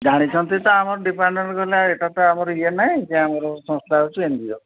ଜାଣିଛନ୍ତି ତ ଆମର ଡିପାର୍ଟମେଣ୍ଟ୍ କହିଲେ ଏଟା ତ ଆମର ୟେ ନାହିଁ ଆମର ସଂସ୍ଥା ହେଉଛି ଏନ୍ ଜି ଓ